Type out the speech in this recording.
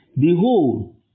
Behold